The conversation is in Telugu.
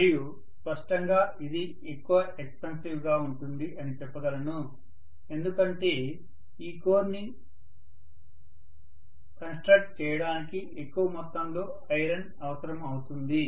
మరియు స్పష్టంగా ఇది ఎక్కువ ఎక్సపెన్సివ్ గా ఉంటుంది అని చెప్పగలను ఎందుకంటే ఈ కోర్ ని కన్స్ట్రక్ట్ చేయడానికి ఎక్కువ మొత్తంలో ఐరన్ అవసరము అవుతుంది